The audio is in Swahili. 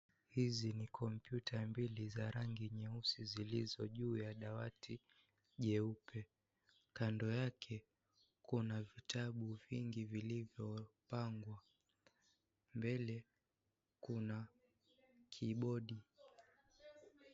Hizi ni kompyuta mbili za rangi nyeusi zilizo juu ya dawati jeupe. Kando yake kuna vitabu vingi vilivyopangwa. Mbele kuna kibodi.